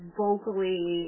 vocally